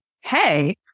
hey